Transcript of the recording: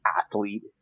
athlete